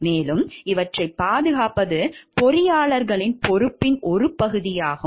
மேலும் இவற்றைப் பாதுகாப்பது பொறியாளர்களின் பொறுப்பின் ஒரு பகுதியாகும்